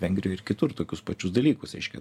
vengrijoj ir kitur tokius pačius dalykus reiškia